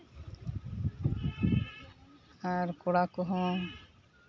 ᱟᱨ ᱠᱲᱟ ᱠᱚᱦᱚᱸ